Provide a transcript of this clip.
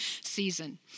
season